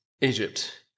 Egypt